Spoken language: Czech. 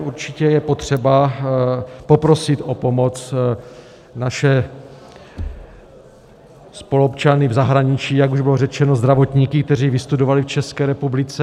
Určitě je potřeba poprosit o pomoc naše spoluobčany v zahraničí, jak už bylo řečeno, zdravotníky, kteří vystudovali v České republice.